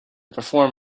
perform